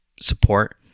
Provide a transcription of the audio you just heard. support